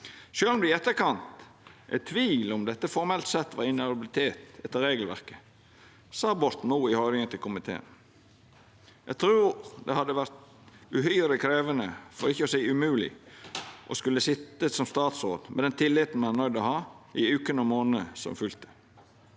Sjølv om det i etterkant er tvil om dette formelt sett var inhabilitet etter regelverket, sa Borten Moe i høyringa til komiteen: «Jeg tror det hadde vært uhyre krevende, for ikke å si umulig, å skulle ha sittet som statsråd, med den tilliten man er nødt til å ha, i ukene og månedene som fulgte.»